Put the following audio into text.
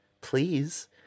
Please